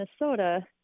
Minnesota